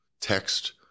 text